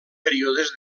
períodes